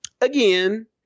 Again